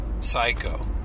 Psycho